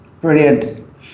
Brilliant